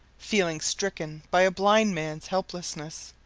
feeling stricken by a blind mans helplessness.